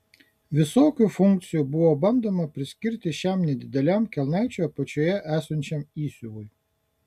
visokių funkcijų buvo bandoma priskirti šiam nedideliam kelnaičių apačioje esančiam įsiuvui